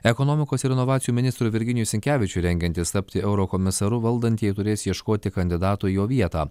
ekonomikos ir inovacijų ministrui virginijui sinkevičiui rengiantis tapti eurokomisaru valdantieji turės ieškoti kandidatų į jo vietą